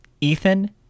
Ethan